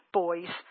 boys